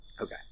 okay